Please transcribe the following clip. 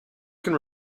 can